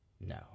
No